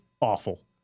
awful